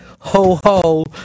ho-ho